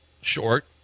Short